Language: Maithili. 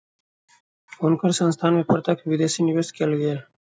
हुनकर संस्थान में प्रत्यक्ष विदेशी निवेश कएल गेल